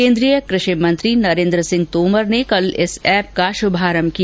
केन्द्रीय कृषि मंत्री नरेन्द्र सिंह तोमर ने कल इस एप का शुभारंभ किया